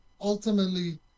ultimately